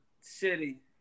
city